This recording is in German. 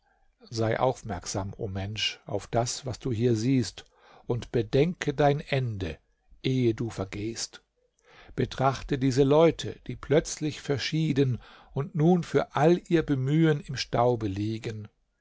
sei aufmerksam o mensch auf das was du hier siehst und bedenke dein ende ehe du vergehst betrachte diese leute die plötzlich verschieden und nun für all ihr bemühen im staube liegen